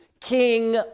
king